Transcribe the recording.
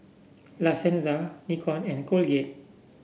La Senza Nikon and Colgate